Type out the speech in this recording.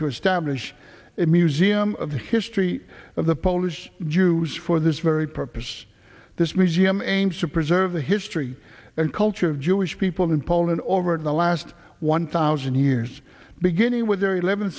a museum of the history of the polish jews for this very purpose this museum aims to preserve the history and culture of jewish people in poland over the last one thousand years beginning with their eleven